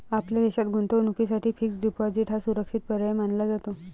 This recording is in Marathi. आपल्या देशात गुंतवणुकीसाठी फिक्स्ड डिपॉजिट हा सुरक्षित पर्याय मानला जातो